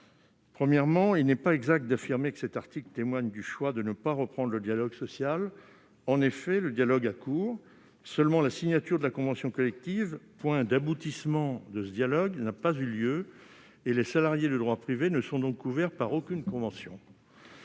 Premièrement, il n'est pas exact d'affirmer que cet article traduit le choix de ne pas reprendre le dialogue social. En effet, le dialogue est en cours. Seulement, la signature de la convention collective, point d'aboutissement de ce dialogue, n'a pas eu lieu et les salariés de droit privé ne sont donc couverts par aucune convention.